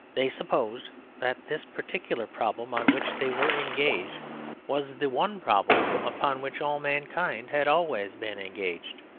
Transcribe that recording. they supposed that this particular problem on which they were engaged was the one problem upon which all mankind had always been engaged.